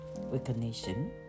recognition